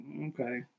Okay